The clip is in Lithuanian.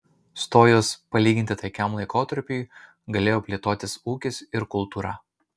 stojus palyginti taikiam laikotarpiui galėjo plėtotis ūkis ir kultūra